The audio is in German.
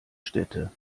städte